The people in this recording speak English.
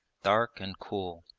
dark and cool.